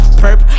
perp